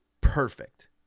perfect